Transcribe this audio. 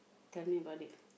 tell me about it